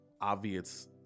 obvious